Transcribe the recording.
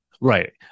right